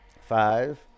Five